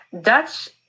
Dutch